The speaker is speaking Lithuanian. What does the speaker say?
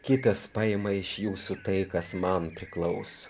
kitas paima iš jūsų tai kas man priklauso